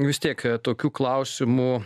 vis tiek tokiu klausimu